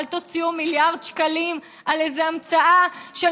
אל תוציאו מיליארד שקלים על איזו המצאה של